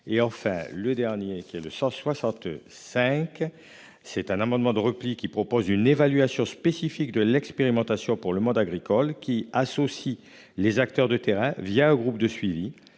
et enfin le dernier qui est de 165. C'est un amendement de repli qui propose une évaluation spécifique de l'expérimentation pour le monde agricole qui associent les acteurs de terrain via un groupe de suivi